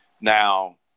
Now